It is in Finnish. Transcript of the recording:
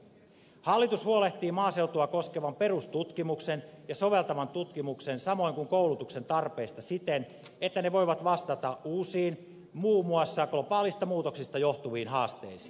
hallitus huolehtii maaseutua koskevan perustutkimuksen ja soveltavan tutkimuksen samoin kuin koulutuksen tarpeista siten että ne voivat vastata uusiin muun muassa globaaleista muutoksista johtuviin haasteisiin